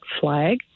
flag